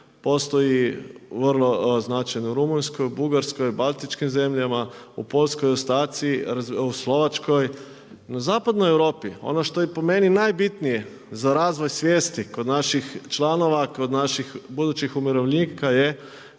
postoji vrlo značajan u Rumunjskoj, Bugarskoj, Baltičkim zemljama u Poljskoj ostaci u Slovačkoj. Na Zapadnoj Europi ono što je po meni najbitnije za razvoj svijesti kod naših članova, kod naših budućih umirovljenika je